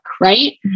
right